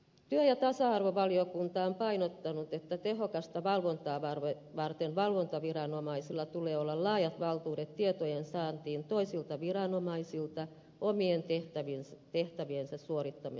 työ ja tasa arvovaliokunta on painottanut että tehokasta valvontaa varten valvontaviranomaisilla tulee olla laajat valtuudet tietojen saantiin toisilta viranomaisilta omien tehtäviensä suorittamiseksi